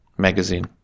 Magazine